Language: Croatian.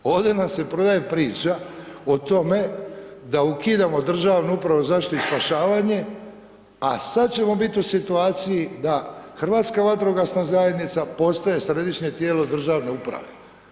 Ovde nam se prodaje priča o tome da ukidamo Državnu upravu za zaštitu i spašavanje, a sad ćemo bit u situaciji da Hrvatska vatrogasna zajednica postaje središnje tijelo državne uprave.